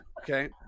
Okay